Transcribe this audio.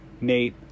Nate